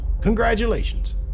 Congratulations